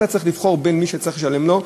אתה צריך לבחור בין מי שצריך לשלם לו,